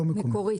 לא מקומית.